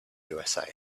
usa